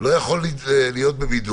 לא יכול להיות בבידוד,